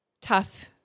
tough